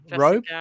rope